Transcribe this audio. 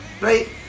right